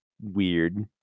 weird